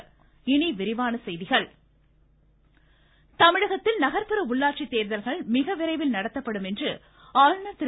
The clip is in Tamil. மமமமம சட்டப்பேரவை தமிழகத்தில் நகர்ப்புற உள்ளாட்சி தேர்தல்கள் மிக விரைவில் நடத்தப்படும் என்று ஆளுநர் திரு